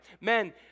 Men